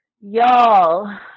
Y'all